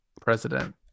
president